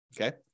Okay